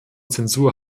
zensur